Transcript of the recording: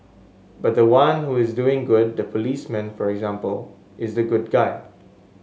but the one who is doing good the policeman for example is the good guy